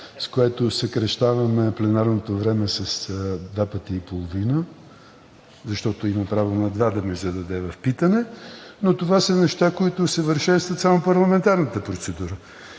с което съкращаваме пленарното време с два пъти и половина, защото има право на два да ми зададе в питане, но това са неща, които усъвършенстват само парламентарната процедура.